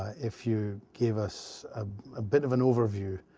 if you give us ah a bit of an overview,